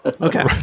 Okay